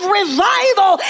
revival